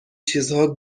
چیزها